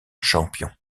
champion